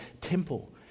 temple